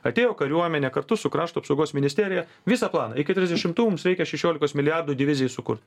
atėjo kariuomenė kartu su krašto apsaugos ministerija visą planą iki trisdešimtų mums reikia šešiolikos milijardų divizijai sukurt